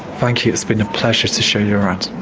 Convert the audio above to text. thank you, it's been a pleasure to show you around.